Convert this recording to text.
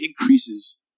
increases